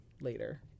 later